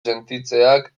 sentitzeak